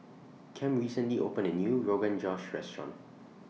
Kem recently opened A New Rogan Josh Restaurant